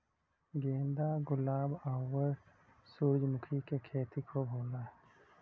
गेंदा गुलाब आउर सूरजमुखी के खेती खूब होला